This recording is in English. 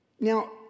Now